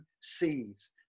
sees